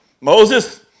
Moses